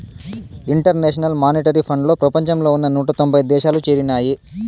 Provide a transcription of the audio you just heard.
international Monetary ఫండ్లో ప్రపంచంలో ఉన్న నూట తొంభై దేశాలు చేరినాయి